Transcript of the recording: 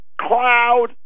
Cloud